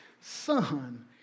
Son